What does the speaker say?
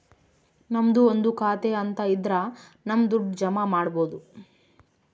ನಮ್ದು ಒಂದು ಖಾತೆ ಅಂತ ಇದ್ರ ನಮ್ ದುಡ್ಡು ಜಮ ಮಾಡ್ಬೋದು